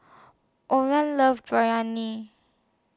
Orris loves Biryani